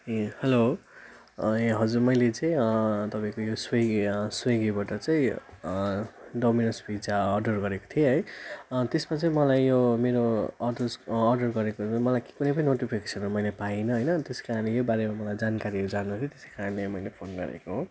ए hello ए हजुर मैले चाहिँ तपाईँको यो सुइगी सुइगीबाट चाहिँ डोमिनोस पिज्जा अर्डर गरेको थिएँ है त्यसमा चाहिँ मलाई यो मेरो अर्डरस् अर्डर गरेकोहरू मलाई कुनै पनि नोटिफिकेसनमा मैले पाइनँ होइन त्यस कारणले यो बारेमा मलाई जानकारीहरू जान्न थियो त्यसै कारणले मैले फोन गरेको हो